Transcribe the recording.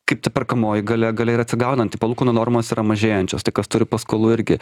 kaip ta perkamoji galia galia ir atsigaunanti palūkanų normos yra mažėjančios tai kas turi paskolų irgi